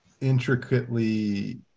intricately